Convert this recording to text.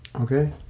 Okay